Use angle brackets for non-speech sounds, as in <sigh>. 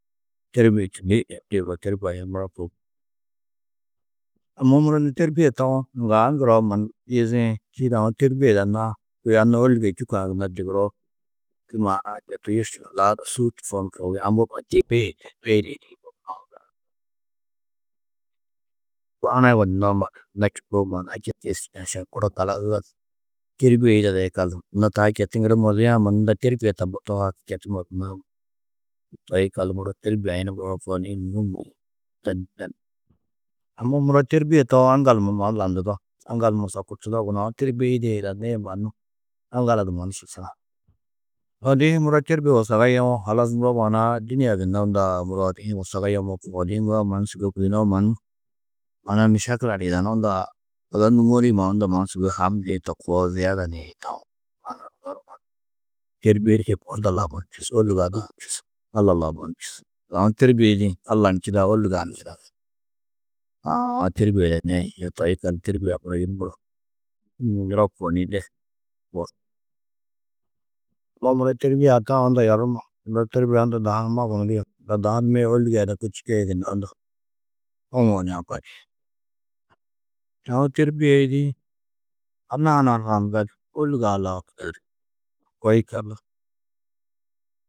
têrbie čindĩ <unintelligible> têrbie yunu muro koo. Amma muro nû têrbie tawo ŋgaa ŋgiroo mannu iijiĩ, čîidi aũ têrbie yidannãá kôi anna ôlugo čûkã gunna tigiroo, <unintelligible> četu <unintelligible> lau sû tufaham čoobi. Aũ mbo mannu têrbie yidĩ <unintelligible> ba huna yugondunnoó mannu. Anna čûkoo maana-ã četu iščini. Ašan kunu du galadudo ni têrbie yidado yikaldu. Anna taa četu muro moziã mannu unda têrbie tammo tohoo, haki četu mozunãá munum. Toi yikallu muro têrbie-ã yunu <unintelligible> mûhim ni <unintelligible> Amma muro têrbie tawo aŋgal numa landudo, aŋgal numa sokurtudo gunú. Aũ têrbie yidĩ yê yidanãá yê mannu aŋgala du mannu šiša. <noise> Odi-ĩ muro têrbie wasaga yewo, halas muro maana-ã dûnia gunna unda muro odi-ĩ hi wasaga yemmo kugo, odi-ĩ muro sûgoi buyunoo mannu maana-ã mešekila ni yidanú, unda odo nûmoori-ĩ mannu unda mannu sûgoi ham ni to koo ziyeda ni taú. Maana-ã odo numa têrbie yemmo unda lau mannu čûsu, ôlugo-ã lau ni čûsu, unda lau mannu čûsu. Aũ têrbie yidĩ Alla ni čidaa, ôlugo-ã ni čidaku. Aũ-aũ têrbie yidannãá yê šiša toi yikallu, têrbie-ã yunu muro bur muro koo ni de <unintelligible> mbo muro têrbie-ã unda taũ yerumma unda têrbie-ã dahu gunú dige unda dahu numa yê ôlugo ada bu čîka yê gunna ndo hoŋuũ ni ambaniĩ. <noise> Aũ têrbie yidĩ anna hunã lau ni gali, ôlugo-ã lau ni gali, toi yikallu.